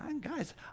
Guys